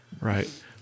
Right